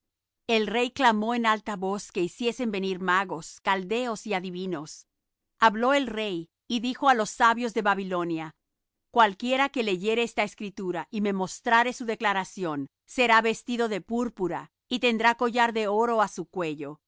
el rey clamó en alta voz que hiciesen venir magos caldeos y adivinos habló el rey y dijo á los sabios de babilonia cualquiera que leyere esta escritura y me mostrare su declaración será vestido de púrpura y tendrá collar de oro á su cuello